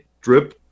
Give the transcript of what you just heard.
drip